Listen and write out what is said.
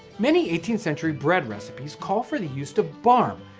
many eighteenth century bread recipes call for the use of barm,